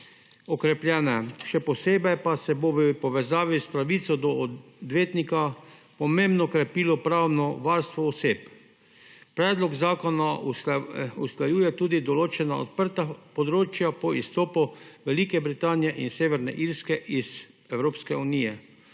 okrepljeno, še posebej pa se bo v povezavi s pravico do odvetnika pomembno krepilo pravno varstvo oseb. Predlog zakona usklajuje tudi določena odprta področja po izstopu Velike Britanije in Severne Irske iz Evropske unije.